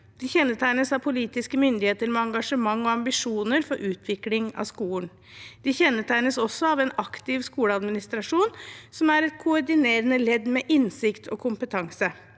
De kjennetegnes av politiske myndigheter med engasjement og ambisjoner for utvikling av skolen. De kjennetegnes også av en aktiv skoleadministrasjon som er et koordinerende ledd med innsikt og kompetanse.